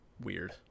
weird